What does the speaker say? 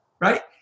right